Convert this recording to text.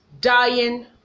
dying